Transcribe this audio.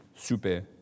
Super